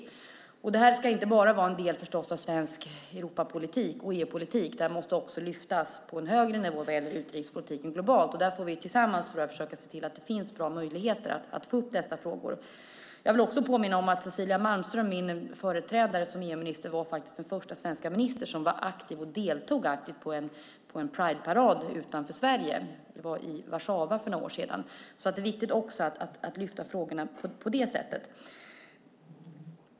Denna fråga ska förstås inte enbart vara en del av den svenska Europapolitiken och EU-politiken utan måste lyftas upp på en högre nivå, till utrikespolitiken globalt. Där får vi tillsammans försöka se till att det blir möjligt att lyfta upp dessa frågor. Jag vill påminna om att Cecilia Malmström, min företrädare som EU-minister, var den första svenska minister som aktivt deltog i en Prideparad utanför Sverige; det var i Warszawa för några år sedan. Det är alltså viktigt att lyfta upp frågorna även på det sättet.